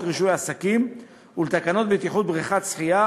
רישוי עסקים ולתקנות בטיחות בריכות שחייה